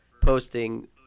posting